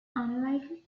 unlikely